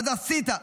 אז עשית,